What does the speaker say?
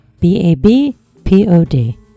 B-A-B-P-O-D